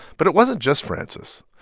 but it wasn't just frances.